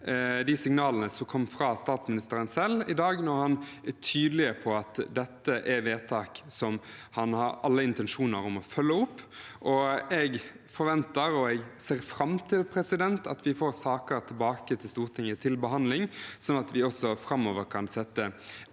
de signalene som kom fra statsministeren selv i dag, når han er tydelig på at dette er vedtak han har alle intensjoner om å følge opp. Jeg forventer og ser fram til at vi får saker tilbake til Stortinget til behandling, slik at vi framover kan få enda bedre